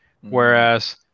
Whereas